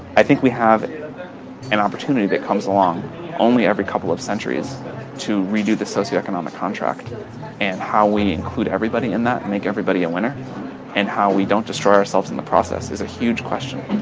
i think we have an opportunity that comes along only every couple of centuries to redo the socioeconomic contract and how we include everybody. and that make everybody a winner and how we don't destroy ourselves in the process is a huge question